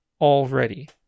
already